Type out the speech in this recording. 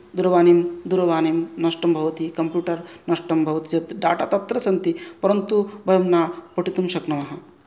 दूरवाणीं दूरवाणीं नष्टं भवति कम्प्युटर् नष्टं भवति चेत् डाटा तत्र सन्ति परन्तु वयं न पठितुं शक्नुमः